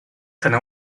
可能